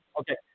Okay